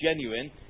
genuine